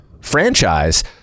franchise